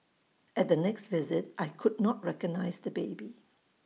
at the next visit I could not recognise the baby